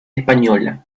española